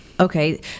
Okay